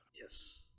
Yes